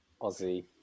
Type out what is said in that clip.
Aussie